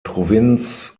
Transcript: provinz